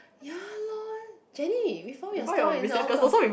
ya lor jenny we found your store in Hong-Kong